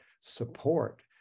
support